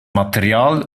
material